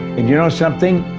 and you know something?